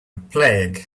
plague